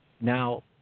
now